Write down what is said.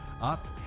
up